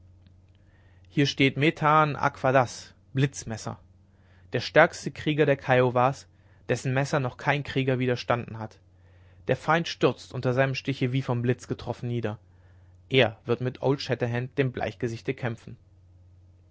hier steht metan akva der stärkste krieger der kiowas dessen messer noch kein krieger widerstanden hat der feind stürzt unter seinem stiche wie vom blitz getroffen nieder er wird mit old shatterhand dem bleichgesichte kämpfen